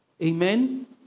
Amen